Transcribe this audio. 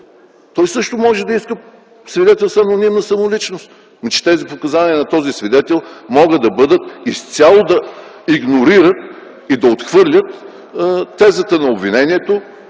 Той също може да иска свидетел с анонимна самоличност. Тези показания на този свидетел могат изцяло да игнорират и да отхвърлят тезата на обвинението